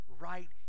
Right